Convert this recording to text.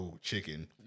chicken